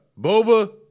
Boba